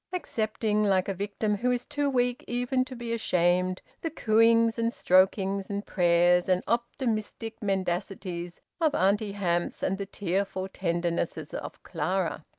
accepting, like a victim who is too weak even to be ashamed, the cooings and strokings and prayers and optimistic mendacities of auntie hamps, and the tearful tendernesses of clara.